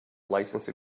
license